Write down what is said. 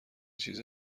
چیزی